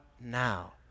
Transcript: now